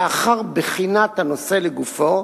לאחר בחינת הנושא לגופו,